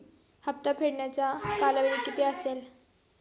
हप्ता फेडण्याचा कालावधी किती असेल?